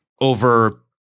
over